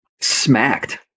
smacked